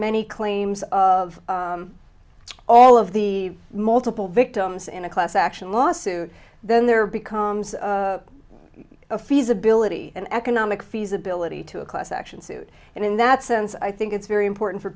many claims of all of the multiple victims in a class action lawsuit then there becomes a feasibility an economic feasibility to a class action suit and in that sense i think it's very important for